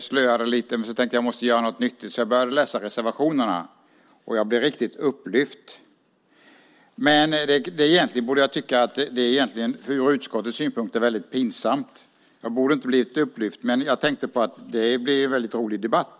slöade lite. Men så tänkte jag att jag måste göra något nyttigt, och därför började jag läsa reservationerna. Jag blev riktigt upplyft! Egentligen borde jag tycka att det från utskottets synpunkt är pinsamt eftersom jag inte borde ha blivit upplyft, men jag tänkte att det kunde bli en rolig debatt.